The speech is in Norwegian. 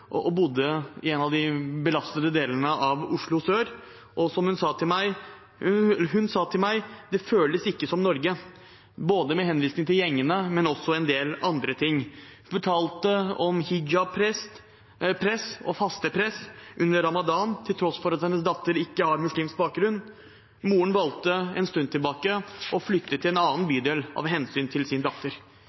og bodde i en av de belastede delene av Oslo sør. Hun sa til meg at det ikke føles som Norge, med henvisning til både gjengene og også en del andre ting. Hun fortalte om hijabpress og fastepress under ramadan, til tross for at hennes datter ikke har muslimsk bakgrunn. Moren valgte for en stund tilbake å flytte til en annen bydel av hensyn til sin datter.